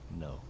No